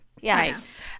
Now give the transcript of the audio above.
Yes